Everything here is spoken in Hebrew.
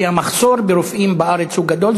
כי המחסור ברופאים בארץ גדול.